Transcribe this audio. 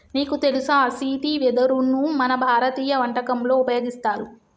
నీకు తెలుసా సీతి వెదరును మన భారతీయ వంటకంలో ఉపయోగిస్తారు